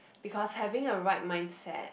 because having a right mindset